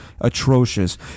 atrocious